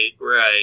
right